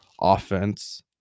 offense